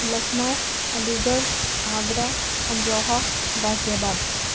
Lucknow Aligarh Agra Amroha غازی آباد